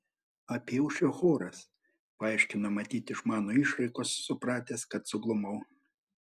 apyaušrio choras paaiškino matyt iš mano išraiškos supratęs kad suglumau